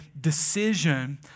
decision